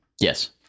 Yes